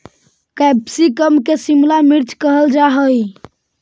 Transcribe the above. capsicum के शिमला मिर्च कहल जा हइ